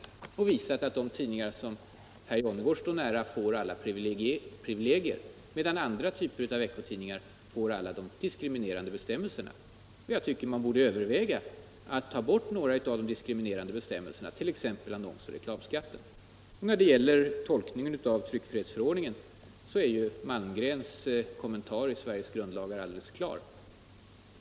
Vi har visat att de tidningar som herr Jonnergård står nära får alla privilegier, medan andra typer av veckotidningar drabbas av alla de diskriminerande bestämmelserna. Jag tycker att man åtminstone borde ta bort några av de diskriminerande bestämmelserna, t.ex. annonsoch reklamskatten. När det gäller tolkningen av tryckfrihetsförordningen är Malmgrens kommentar till Sveriges grundlagar alldeles klar.